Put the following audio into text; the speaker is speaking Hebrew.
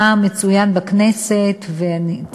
מצוין בכנסת בפעם הראשונה.